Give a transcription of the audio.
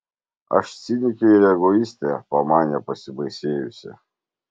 aš cinikė ir egoistė pamanė pasibaisėjusi